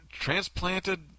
transplanted